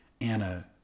Anna